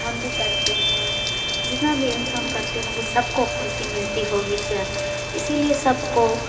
ہم بھی کرتے ہیں جتنا بھی انسان کرتے ہوں گے سب کو خوشی ملتی ہوگی جو ہے اسی لیے سب کو